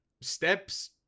steps